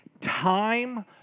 Time